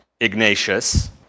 Ignatius